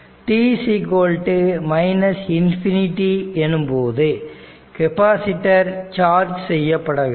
t ∞ எனும்போது capacitor charge செய்யப்படவில்லை